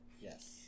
Yes